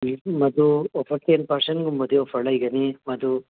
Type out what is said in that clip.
ꯃꯗꯨ offer ten ꯄꯥꯔꯁꯦꯟꯒꯨꯝꯕꯗꯤ offer ꯂꯩꯒꯅꯤ ꯃꯗꯨ